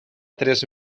tres